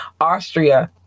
Austria